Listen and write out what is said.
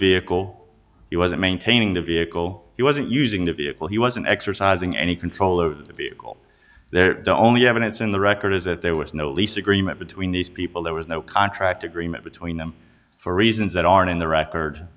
vehicle he wasn't maintaining the vehicle he wasn't using the vehicle he wasn't exercising any control over the vehicle there the only evidence in the record is that there was no lease agreement between these people there was no contract agreement between them for reasons that aren't in the record